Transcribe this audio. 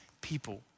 people